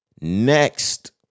Next